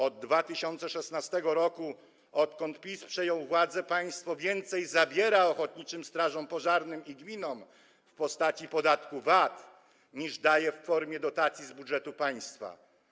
Od 2016 r., odkąd PiS przejął władzę, państwo więcej zabiera ochotniczym strażom pożarnym i gminom w postaci podatku VAT, niż daje w formie dotacji z budżetu państwa.